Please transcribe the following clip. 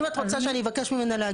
אם את רוצה שאני אבקש ממנה להגיע.